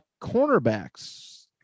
cornerbacks